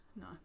No